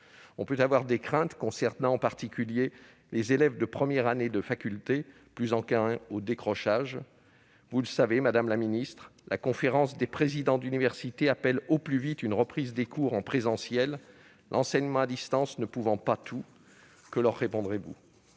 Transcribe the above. On peut avoir des craintes concernant en particulier les élèves de première année de faculté, plus enclins au décrochage. Vous le savez, madame la ministre, la Conférence des présidents d'universités appelle à une reprise des cours en présentiel au plus vite, l'enseignement à distance ne pouvant pas tout. Que leur répondez-vous ?